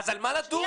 אבל על מה לדון?